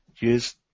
use